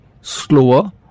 slower